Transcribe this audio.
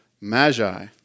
Magi